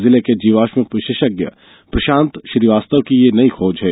जिले के जीवाश्म विशेषज्ञ प्रशांत श्रीवास्तव की यह नई खोज है